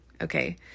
okay